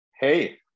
Hey